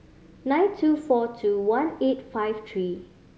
nine two four two one eight five three